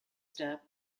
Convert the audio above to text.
step